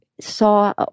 saw